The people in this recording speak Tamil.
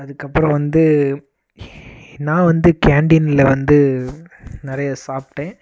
அதுக்கப்புறோம் வந்து நான் வந்து கேண்டீனில் வந்து நிறைய சாப்பிடேன்